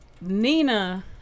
Nina